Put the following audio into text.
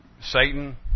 Satan